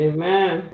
Amen